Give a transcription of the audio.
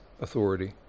authority